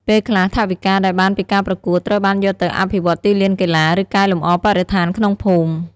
ពេលខ្លះ ថវិកាដែលបានពីការប្រកួតត្រូវបានយកទៅអភិវឌ្ឍទីលានកីឡា ឬកែលម្អបរិស្ថានក្នុងភូមិ។